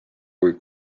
kui